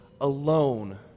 alone